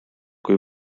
kui